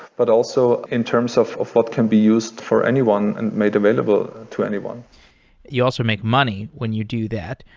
but also in terms of of what can be used for anyone and made available to anyone you also make money when you do that.